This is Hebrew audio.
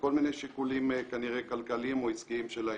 מכל מיני שיקולים כנראה כלכליים או עסקיים שלהם.